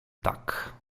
tak